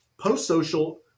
Post-social